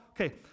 Okay